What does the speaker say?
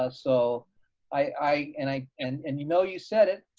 ah so i, and i, and and you know you said it.